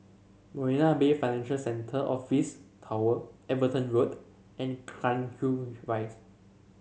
Marina Bay Financial Centre Office Tower Everton Road and Cairnhill Rise